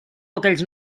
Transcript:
aquells